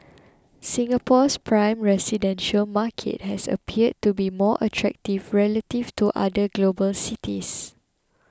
Singapore's prime residential market has appeared to be more attractive relative to other global cities